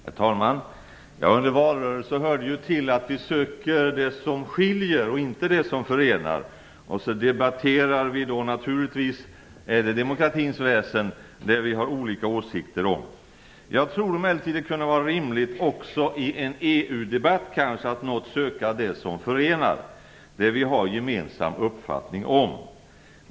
Herr talman! Under en valrörelse hör det till att man söker det som skiljer och inte det som förenar. Det är demokratins väsen att vi sedan naturligtvis debatterar om det som vi har olika åsikter om. Jag tror emellertid att det också i en EU-debatt kunde vara rimligt att något söka det som förenar och som vi har gemensam uppfattning om.